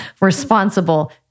responsible